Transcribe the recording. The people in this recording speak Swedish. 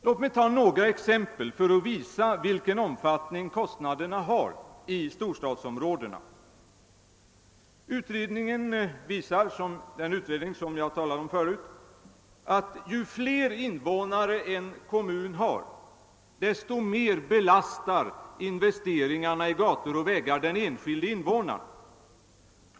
Låt mig ta några exempel för att visa kostnadernas omfattning för storstadsområdena. Den nämnda utredningen visar att ju fler invånare en kommun har, desto mer belastar investeringarna i gator och vägar den enskilde individen.